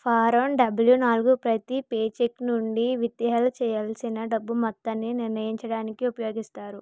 form W నాలుగు ప్రతి paycheck నుండి విత్హెల్డ్ చెయ్యాల్సిన డబ్బు మొత్తాన్ని నిర్ణయించడానికి ఉపయోగిస్తారు